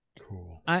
cool